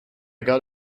got